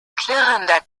klirrender